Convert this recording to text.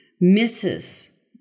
misses